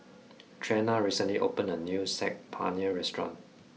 Trena recently opened a new Saag Paneer restaurant